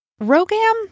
Rogam